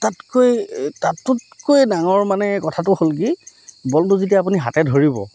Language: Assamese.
তাতকৈ তাতোতকৈ ডাঙৰ মানে কথাটো হ'ল কি বলটো যেতিয়া আপুনি হাতে ধৰিব